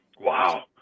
Wow